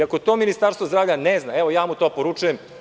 Ako to Ministarstvo zdravlja ne zna, ja mu to poručujem.